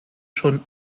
schon